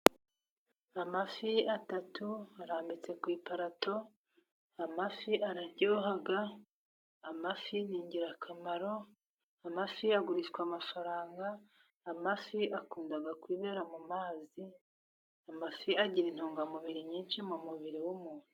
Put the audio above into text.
Amafi atatu arambitse ku iparato, amafi araryoha, amafi ni ingirakamaro, amafi agurishwa amafaranga, amafi akunda kwibera mu mazi .Amafi agira intungamubiri nyinshi mu mubiri w'umuntu.